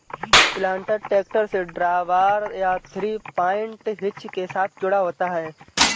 planter tractor से drawbar या three point hitch के साथ जुड़ा होता है